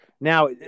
Now